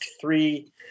three